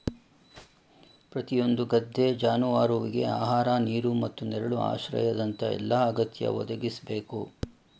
ಪ್ರತಿಯೊಂದು ಗದ್ದೆ ಜಾನುವಾರುವಿಗೆ ಆಹಾರ ನೀರು ಮತ್ತು ನೆರಳು ಆಶ್ರಯದಂತ ಎಲ್ಲಾ ಅಗತ್ಯ ಒದಗಿಸ್ಬೇಕು